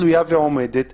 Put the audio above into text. עורך-דין ויצמן,